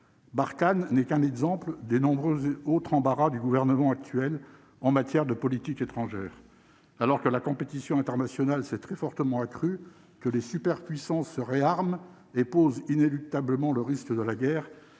Barkhane n'est qu'un exemple des nombreuses autres embarras du gouvernement actuel en matière de politique étrangère, alors que la compétition internationale s'est très fortement accrue que les superpuissances se réarme et pose inéluctablement le risque de la guerre.